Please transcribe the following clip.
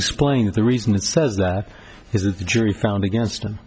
explain that the reason it says that is that the jury found against him